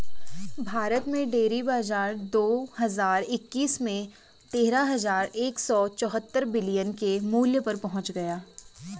भारत में डेयरी बाजार दो हज़ार इक्कीस में तेरह हज़ार एक सौ चौहत्तर बिलियन के मूल्य पर पहुंच गया